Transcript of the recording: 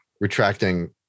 retracting